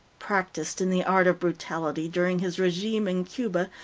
practiced in the art of brutality during his regime in cuba,